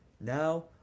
Now